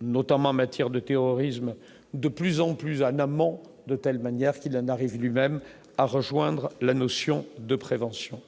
notamment en matière de terrorisme, de plus en plus en amont de telle manière qu'il n'arrive lui-même à rejoindre la notion de prévention,